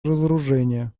разоружения